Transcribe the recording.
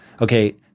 okay